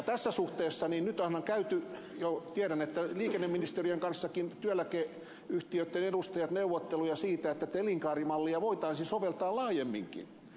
tässä suhteessa nyt ovat jo käyneet liikenneministeriön kanssa työeläkeyhtiöitten edustajat neuvotteluja siitä että elinkaarimallia voitaisiin soveltaa laajemminkin